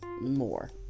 more